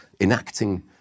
enacting